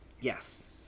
Yes